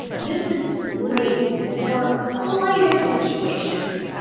this is great for lighter situations.